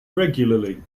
regularly